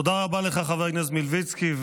תודה רבה לך, חבר הכנסת מלביצקי.